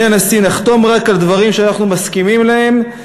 נחתום רק על דברים שאנחנו מסכימים עליהם,